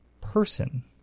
person